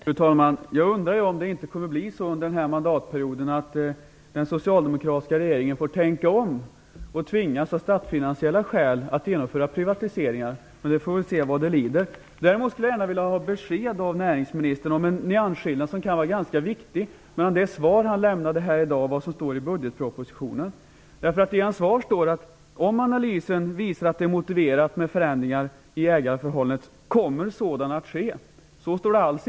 Fru talman! Jag undrar om det inte kommer att bli så under den här mandatperioden att den socialdemokratiska regeringen får tänka om och tvingas, av statsfinansiella skäl, att genomföra privatiseringar. Vi får se vad det lider. Jag vill gärna ha besked av näringsministern om en nyansskillnad, som kan vara ganska viktig, mellan det svar han lämnade här i dag och vad som står i budgetpropositionen. Det står i hans svar om ägarförhållandet: "Om analysen visar att det är motiverat med förändringar, kommer sådana att ske."